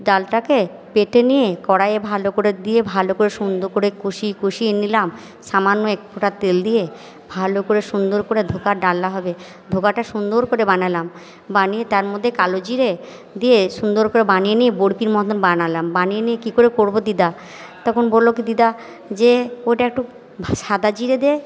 ডালটাকে বেটে নিয়ে কড়াইয়ে ভালো করে দিয়ে ভালো করে সুন্দর করে কষিয়ে কষিয়ে নিলাম সামান্য এক ফোঁটা তেল দিয়ে ভালো করে সুন্দর করে ধোঁকার ডালনা হবে ধোঁকাটা সুন্দর করে বানালাম বানিয়ে তার মধ্যে কালো জিরে দিয়ে সুন্দর করে বানিয়ে নিয়ে বরফির মতোন বানালাম বানিয়ে নিয়ে কি করে করবো দিদা তখন বললো কি দিদা যে ওটা একটু সাদা জিরে দে